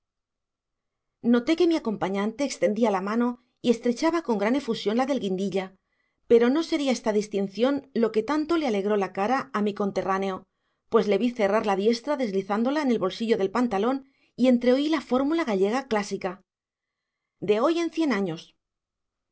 noté que mi acompañante extendía la mano y estrechaba con gran efusión la del guindilla pero no sería esta distinción lo que tanto le alegró la cara a mi conterráneo pues le vi cerrar la diestra deslizándola en el bolsillo del pantalón y entreoí la fórmula gallega clásica de hoy en cien años